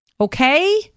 Okay